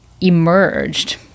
emerged